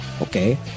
okay